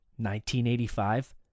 1985